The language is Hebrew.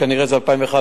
כנראה זה 2011,